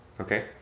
Okay